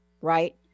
right